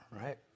right